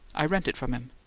i rent it from him.